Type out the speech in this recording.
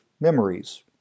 memories